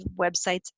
websites